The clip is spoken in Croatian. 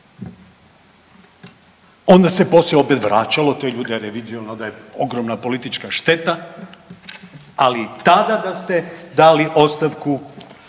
Onda se poslije opet vraćalo te ljude jer je viđeno da je ogromna politička šteta, ali tada da ste dali ostavku